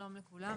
שלום לכולם,